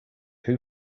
who